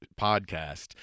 podcast